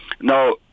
Now